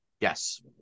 Yes